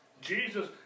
Jesus